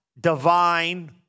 divine